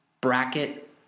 bracket